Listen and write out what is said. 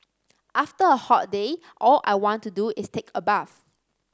after a hot day all I want to do is take a bath